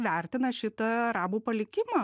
vertina šitą arabų palikimą